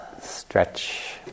stretch